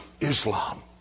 Islam